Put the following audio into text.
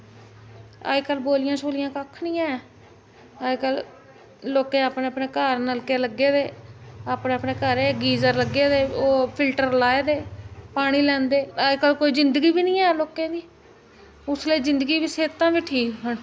अज्ज कल बोलियां शोलियां कक्ख निं ऐ अज्ज कल लोकें अपने अपने घर नलके लग्गे दे अपने अपने घर गीजर लग्गे दे ओह् फिल्टर लाए दे पानी लैंदे अज्ज कल कोई जिंदगी बी निं ऐ लोकें दी उसलै जिंदगी बी सेह्तां बी ठीक हि'यां